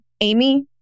Amy